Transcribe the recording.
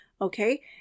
Okay